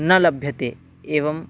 न लभ्यते एवम्